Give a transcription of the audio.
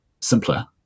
simpler